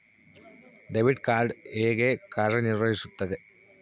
Debit card ಹೇಗೆ ಕಾರ್ಯನಿರ್ವಹಿಸುತ್ತದೆ?